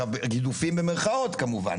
גידופים, במירכאות, כמובן.